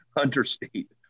understate